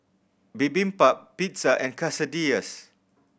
Bibimbap Pizza and Quesadillas